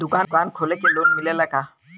दुकान खोले के लोन मिलेला का?